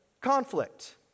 conflict